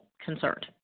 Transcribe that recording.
concerned